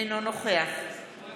אינו נוכח חוה